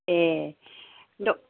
ए